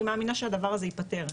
אני מאמינה שהדבר הזה ייפתר.